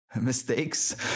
mistakes